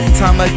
time